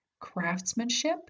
craftsmanship